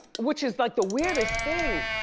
which is like the weirdest thing.